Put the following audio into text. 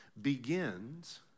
Begins